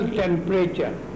temperature